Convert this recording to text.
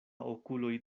okuloj